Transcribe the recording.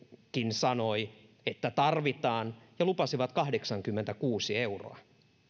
sanoi että tarvitaan ja lupasi kahdeksankymmentäkuusi euroa